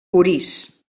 orís